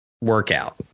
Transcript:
workout